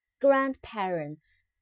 grandparents